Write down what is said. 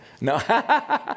No